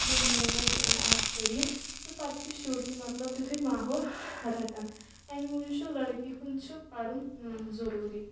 ییٚلہِ موج آسہِ پٔریٖن تہٕ پَتہٕ چھِ شُرۍ تہِ مطلب تیُٚتھُے ماحول رَٹَان اَمی موٗجوٗب چھُ لٔڑکی ہُنٛد چھُ پَرُن ضروٗری